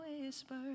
whisper